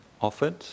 offered